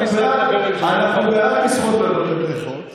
אנחנו בעד לשחות בבריכות,